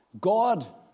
God